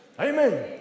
Amen